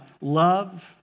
love